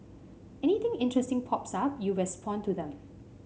anything interesting pops up you respond to them